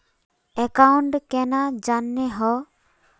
Account केना जाननेहव?